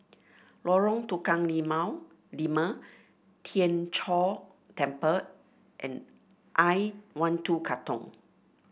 Lorong Tukang Limau Lima Tien Chor Temple and I one two Katong